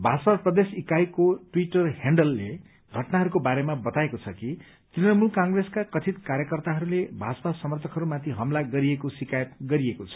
भाजपा प्रदेश इकाईको ट्विटर हैण्डलले घटनाहरूको बारेमा बताएको छ कि तृणमूल कंप्रेसका कथित कार्यकर्ताहरूले भाजपा समर्थकहरूमाथि हमला गरिएको शिकायत गरिएको छ